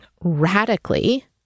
radically